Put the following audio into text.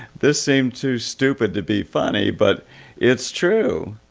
this seemed too stupid to be funny. but it's true.